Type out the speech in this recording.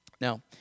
Now